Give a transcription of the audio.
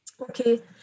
Okay